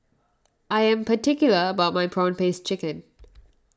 I am particular about my Prawn Paste Chicken